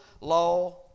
law